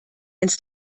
ins